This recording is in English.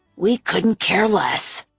we couldn't care less.